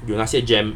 有那些 jam